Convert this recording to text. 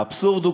האבסורד הוא,